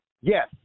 Yes